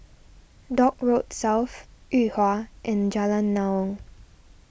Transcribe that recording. Dock Road South Yuhua and Jalan Naung